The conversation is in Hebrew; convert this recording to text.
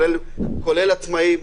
כולל עצמאים,